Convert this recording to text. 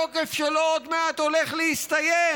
התוקף שלו עוד מעט הולך להסתיים,